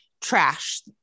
trash